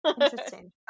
Interesting